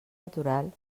natural